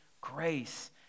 grace